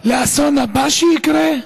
לאסון הבא שיקרה?